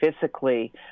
physically